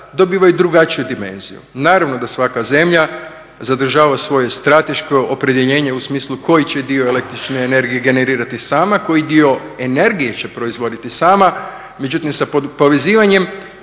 dobivaju drugačiju dimenziju. Naravno da svaka zemlja zadržava svoje strateško opredjeljenje u smislu koji će dio električne energije generirati sama, koji dio energije će proizvoditi sama. Međutim, sa povezivanjem